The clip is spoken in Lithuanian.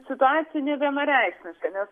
situacija nevienareikšmiška nes